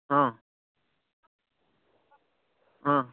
હં હં